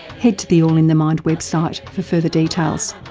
head to the all in the mind website for further details.